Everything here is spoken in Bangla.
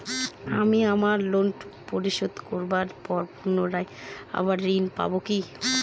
আমি আমার লোন টুকু পরিশোধ করবার পর পুনরায় আবার ঋণ পাবো কি?